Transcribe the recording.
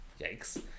Yikes